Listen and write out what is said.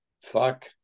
Fuck